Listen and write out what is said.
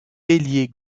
ailier